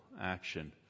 action